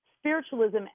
spiritualism